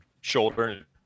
shoulder